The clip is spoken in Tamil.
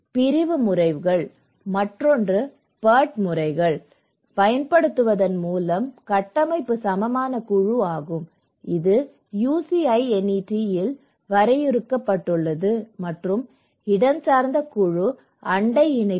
பிரிவு முறைகள் மற்றொன்று பர்ட் முறைகளைப் பயன்படுத்துவதன் மூலம் கட்டமைப்பு சமமான குழு ஆகும் இது UCINET இல் வரையறுக்கப்பட்டுள்ளது மற்றும் இடஞ்சார்ந்த குழு அண்டை இணைப்புகள்